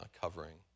covering